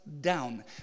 down